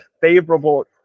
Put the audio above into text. favorable